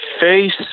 face